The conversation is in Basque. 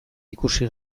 ikusi